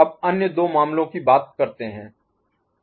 अब अन्य दो मामलों की बात करते हैं